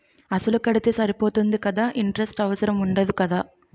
అసలు కడితే సరిపోతుంది కదా ఇంటరెస్ట్ అవసరం ఉండదు కదా?